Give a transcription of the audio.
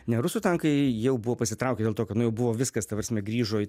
ne rusų tankai jau buvo pasitraukę dėl to kad nu jau buvo viskas ta prasme grįžo į